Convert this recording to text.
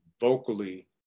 vocally